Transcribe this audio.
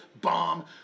bomb